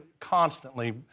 constantly